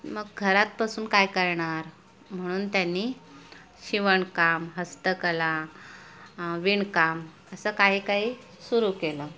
मग घरात बसून काय करणार म्हणून त्यांनी शिवणकाम हस्तकला विणकाम असं काही काही सुरू केलं